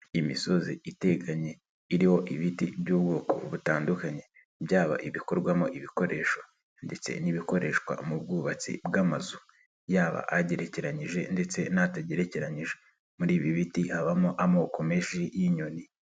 Imisozi iteganye iriho ibiti by'ubwoko butandukanye, byaba ibikorwamo ibikoresho ndetse n'ibikoreshwa mu bwubatsi bw'amazu, yaba agerekeranyije ndetse n'atagerekeranyije. Muri ibi biti habamo amoko menshi y'inyoni.